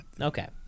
okay